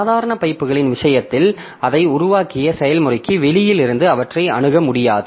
சாதாரண பைப்புகளின் விஷயத்தில் அதை உருவாக்கிய செயல்முறைக்கு வெளியில் இருந்து அவற்றை அணுக முடியாது